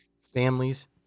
families